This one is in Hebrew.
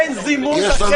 אין זימון לקרן.